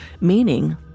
meaning